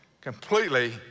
completely